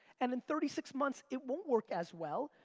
and in thirty six months, it won't work as well,